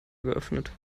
geöffnet